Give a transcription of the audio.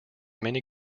many